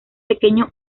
pequeño